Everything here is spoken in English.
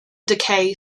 decay